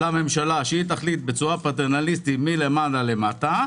שתחליט בצורה פטרנליסטית מלמטה למעלה,